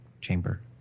chamber